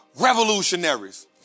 revolutionaries